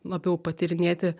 labiau patyrinėti